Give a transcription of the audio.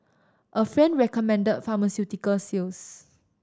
a friend recommended pharmaceutical sales